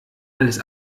alles